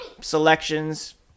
selections